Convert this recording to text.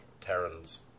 Terrans